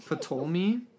Ptolemy